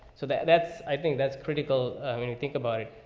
so that, that's, i think that's critical. i mean, you think about it.